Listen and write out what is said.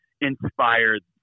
inspired